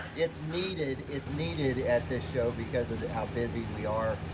it's needed it's needed at this show, because of how busy we are.